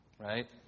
right